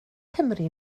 cymru